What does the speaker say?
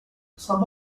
some